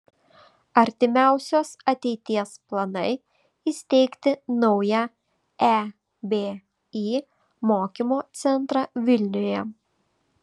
artimiausios ateities planai įsteigti naują ebi mokymo centrą vilniuje